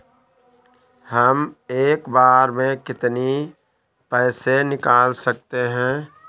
हम एक बार में कितनी पैसे निकाल सकते हैं?